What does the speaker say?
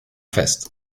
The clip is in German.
fest